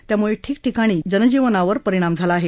त्यामुळे ठिकठिकाणी जनजीवनावर परिणाम झाला आहे